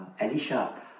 Alicia